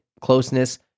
closeness